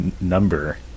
number